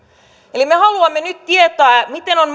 eli me haluamme nyt tietää miten on